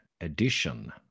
edition